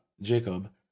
jacob